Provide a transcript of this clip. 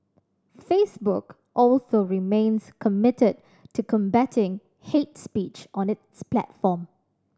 Facebook also remains committed to combating hate speech on its platform